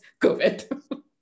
COVID